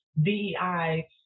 DEI